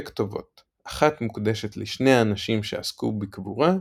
כתובות – אחת מוקדשת לשני אנשים שעסקו בקבורה,